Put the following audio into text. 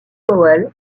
powell